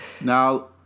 Now